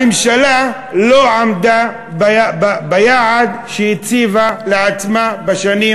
הממשלה לא עמדה ביעד שהציבה לעצמה בשנים